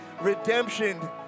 redemption